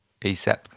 ASAP